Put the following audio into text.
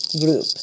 group